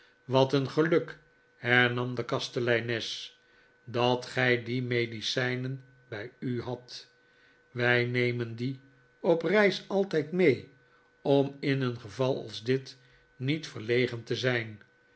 wat een geluk hernam de kasteleines dat gij die medicijnen bij u hadt wij nemen die op reis altijd mee om in een geval als dit niet verlegen te zijn